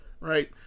right